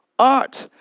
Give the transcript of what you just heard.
art.